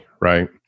right